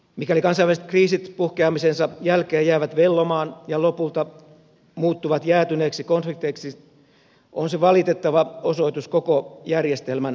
mikäli kansainväliset kriisit puhkeamisensa jälkeen jäävät vellomaan ja lopulta muuttuvat jäätyneiksi konflikteiksi se on valitettava osoitus koko järjestelmän heikkoudesta